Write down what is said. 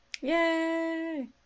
Yay